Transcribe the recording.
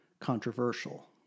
controversial